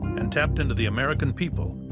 and tapped into the american people.